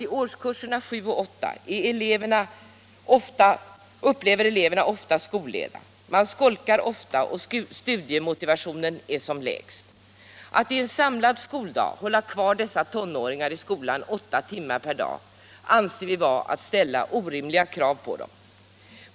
m. i årskurserna sju och åtta upplever eleverna ofta skolleda. Man skolkar ofta, och studiemotivationen är där som lägst. Att i en samlad skoldag hålla kvar dessa tonåringar i skolan åtta timmar per dag anser vi vara att ställa orimliga krav på dem.